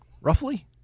roughly